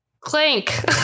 Clank